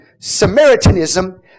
Samaritanism